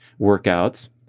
workouts